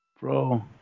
Bro